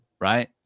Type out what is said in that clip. Right